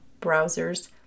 browsers